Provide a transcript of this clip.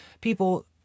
People